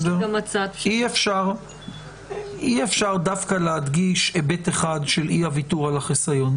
שאי-אפשר דווקא להדגיש היבט אחד של אי-הוויתור על החיסיון,